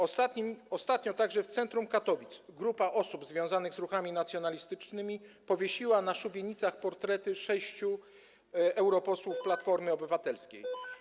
Ostatnio także w centrum Katowic grupa osób związanych z ruchami nacjonalistycznymi powiesiła na szubienicach portrety sześciu europosłów Platformy Obywatelskiej.